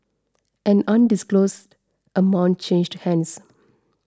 an undisclosed amount changed hands